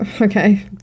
Okay